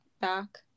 back